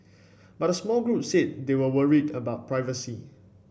but a small group said they were worried about privacy